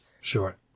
Sure